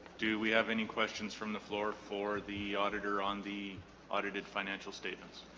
do we have any questions from the floor for the auditor on the audited financial statements